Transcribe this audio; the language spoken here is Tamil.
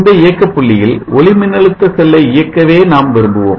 இந்த இயக்க புள்ளியில் ஒளிமின்னழுத்த செல்லை இயக்கவே நாம் விரும்புவோம்